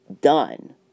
done